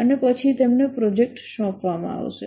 અને પછી તેમને પ્રોજેક્ટ સોંપવામાં આવશે